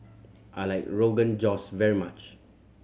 I like Rogan Josh very much